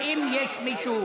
האם יש מישהו